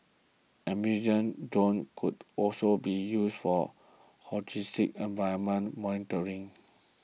amphibious drones could also be used for holistic environmental monitoring